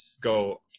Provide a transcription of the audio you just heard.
go